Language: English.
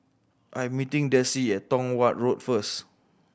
I am meeting Desi at Tong Watt Road first